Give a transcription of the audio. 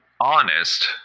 honest